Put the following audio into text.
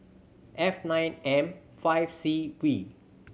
F nine M five C V